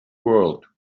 world